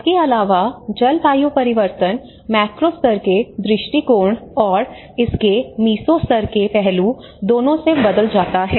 इसके अलावा जलवायु परिवर्तन मैक्रो स्तर के दृष्टिकोण और इसके मीसो स्तर के पहलू दोनों से बदल जाता है